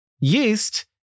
yeast